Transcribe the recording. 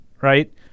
right